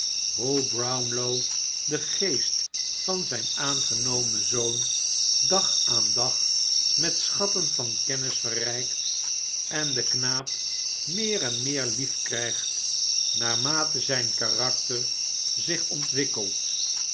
hoe brownlow den geest van zijn aangenomen zoon dag aan dag met schatten van kennis verrijkt en den knaap meer en meer liefkrijgt naarmate zijn karakter zich ontwikkelt